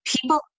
People